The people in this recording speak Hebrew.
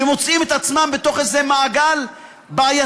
שמוצאים את עצמם בתוך איזה מעגל בעייתי,